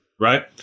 right